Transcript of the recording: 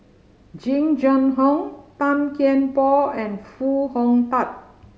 Jing Jun Hong Tan Kian Por and Foo Hong Tatt